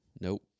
Nope